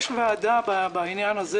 יש ועדה בעניין הזה